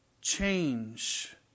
change